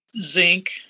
zinc